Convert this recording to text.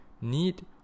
need